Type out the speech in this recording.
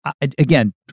again